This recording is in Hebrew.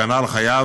הגנה על חייו,